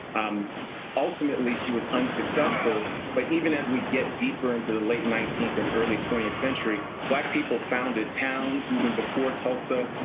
um ultimately, she was unsuccessful. but even as we get deeper into the late nineteenth and early twentieth century, black people founded towns, even before tulsa.